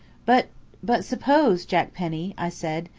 but but suppose, jack penny, i said,